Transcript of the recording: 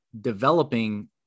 developing